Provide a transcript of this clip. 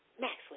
Maxwell